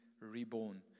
reborn